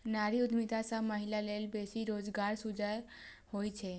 नारी उद्यमिता सं महिला लेल बेसी रोजगारक सृजन होइ छै